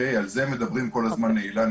על זה מדברים כל הזמן נעילה,